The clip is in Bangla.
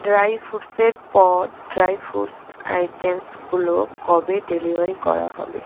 ড্রাই ফ্রুটসের পদ ড্রাই ফ্রুটস আইটেমসগুলো কবে ডেলিভারি করা হবে